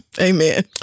Amen